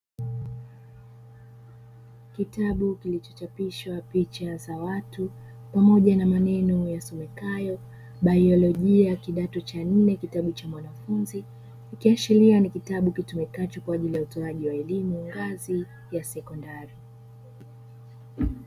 Kitabu kilichochapishwa picha za watu pamoja na maneno yasomekayo "BAYOLOJIA KIDATO CHA NNE ", kitabu cha mwanafunzi ikiashiria ni kitabu kitumikacho kwa ajili ya utoaji wa elimu ngazi ya sekondari.